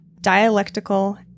dialectical